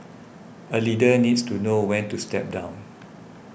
a leader needs to know when to step down